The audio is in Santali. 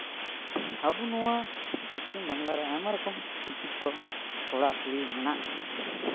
ᱟᱵᱚ ᱱᱚᱣᱟ ᱯᱚᱪᱷᱤᱢ ᱵᱟᱝᱞᱟ ᱨᱮ ᱟᱭᱢᱟ ᱨᱚᱠᱚᱢ ᱥᱤᱠᱠᱷᱤᱛᱚ ᱠᱚᱲᱟ ᱠᱩᱲᱤ ᱢᱮᱱᱟᱜ ᱠᱚᱣᱟ